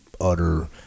utter